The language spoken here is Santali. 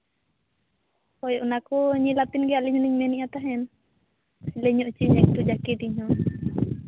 ᱦᱳᱭ ᱚᱱᱟ ᱠᱚ ᱧᱮᱞ ᱟᱛᱮᱱ ᱜᱮ ᱟᱹᱞᱤᱧ ᱜᱮᱞᱤᱧ ᱢᱮᱱᱮᱫᱼᱟ ᱛᱟᱦᱮᱱ